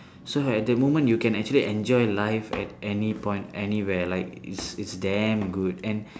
so at that moment you can actually enjoy life at any point anywhere like it's it's damn good and